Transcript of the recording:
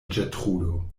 ĝertrudo